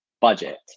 budget